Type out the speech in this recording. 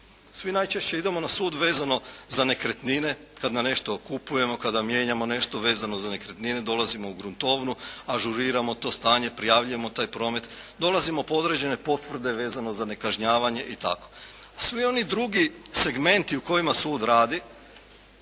Svi najčešće idemo na sud vezano za nekretnine, kada nešto kupujemo, kada mijenjamo nešto, vezano za nekretnine dolazimo u gruntovnu, ažuriramo to stanje, prijavljujemo taj promet. Dolazimo po određene potvrde vezano za nekažnjavanje i tako. Svi oni drugi segmenti u kojima sud radi,